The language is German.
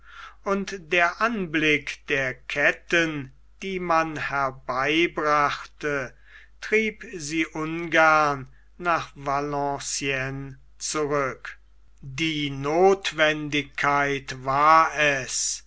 und der anblick der ketten die man herbeibrachte trieb sie ungern nach valenciennes zurück die notwendigkeit war es